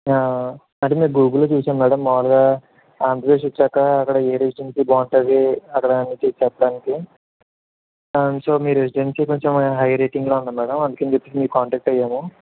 అంటే మేము గూగుల్లో చూసాం మ్యాడం మాములుగా ఆంధ్రప్రదేశ్ వచ్చాక అక్కడ ఏ రెసిడెన్సీ బాగుంటుంది అక్కడ గురించి చెప్పటానికి సో మీ రెసిడెన్సీ కొంచెం హై రేటింగ్లో ఉంది మ్యాడం అందుకని చెప్పేసి మీకు కాంటాక్ట్ అయ్యాము